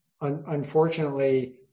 unfortunately